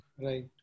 right